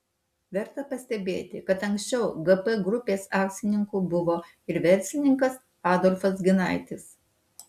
verta pastebėti kad anksčiau gp grupės akcininku buvo ir verslininkas adolfas ginaitis